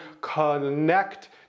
connect